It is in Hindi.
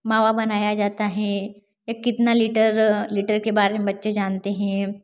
मावा बनाया जाता है या कितना लीटर लीटर के बारे में बच्चे जानते हैं